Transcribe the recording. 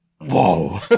Whoa